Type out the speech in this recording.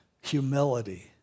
humility